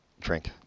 drink